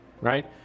right